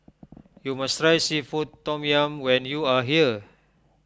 you must try Seafood Tom Yum when you are here